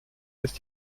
ist